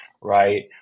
right